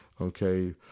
Okay